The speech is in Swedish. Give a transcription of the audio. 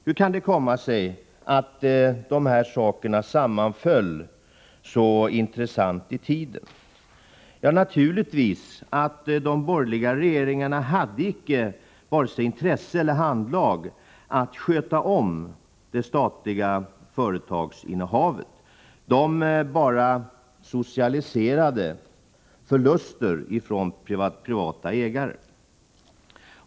Hur kan det komma sig att de här sakerna sammanföll så intressant i tiden? Jo, naturligtvis berodde det på att de borgerliga regeringarna inte hade vare sig intresse eller handlag att sköta det statliga företagsinnehavet. De bara socialiserade förluster från privata ägare.